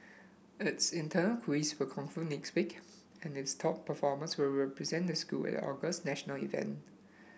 its internal quiz will conclude next week and its top performers will represent the school at August's national event